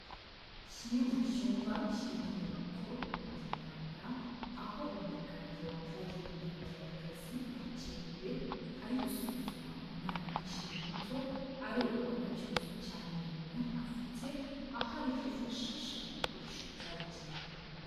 Kimwe mu cyumba kiri mu nyubako yo kwa muganga, aho umuganga wambaye imyambaro y'akazi yabugenewe ari gusuzuma umwana ukiri muto, areba ko nta kibazo cy'amenyo afite, aho ari kwifashisha ibikoresho byabugenewe.